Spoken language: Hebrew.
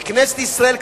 וכנסת ישראל,